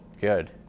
good